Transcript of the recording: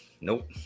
Nope